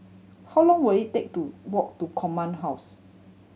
how long will it take to walk to Command House